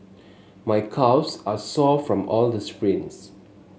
my calves are sore from all the sprints